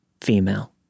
female